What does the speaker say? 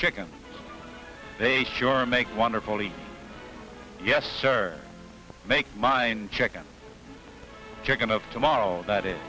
chicken they sure make wonderfully yes sir make mine chicken chicken of tomato that i